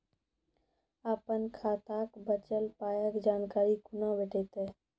अपन खाताक बचल पायक जानकारी कूना भेटतै?